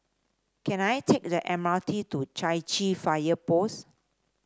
can I take the M R T to Chai Chee Fire Post